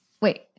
wait